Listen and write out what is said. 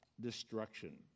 destruction